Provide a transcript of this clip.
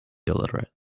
illiterate